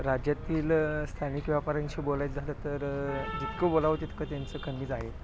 राज्यातील स्थानिक व्यापारांशी बोलायचं झालं तर जितकं बोलावं तितकं त्यांचं कमीच आहे